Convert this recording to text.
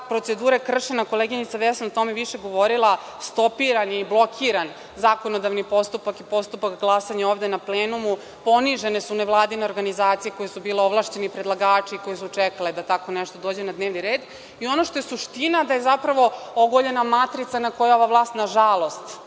procedura je kršena, koleginica Vesna je o tome više govorila, stopiran je i blokiran zakonodavni postupak i postupak glasanja ovde na plenumu, ponižene su nevladine organizacije koje su bile ovlašćeni predlagači, koji su čekali da tako nešto dođe na dnevni red. Ono što je suština, da je zapravo ogoljena matrica koju ova vlast, nažalost,